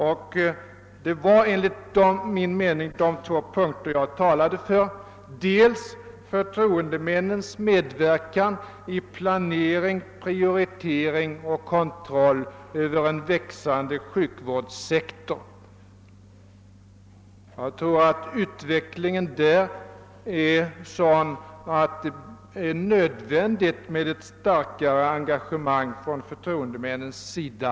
Dessa var enligt min mening de två punkter jag talade om, bl.a. förtroendemännens medverkan i planering, prioritering och kontroll över den växande sjukvårdssektorn. Jag tror att utvecklingen därvidlag är sådan att det är nödvändigt med ett starkare engagemang från förtroendemännens sida.